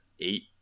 eight